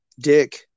Dick